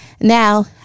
Now